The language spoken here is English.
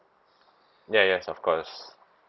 ya yes of course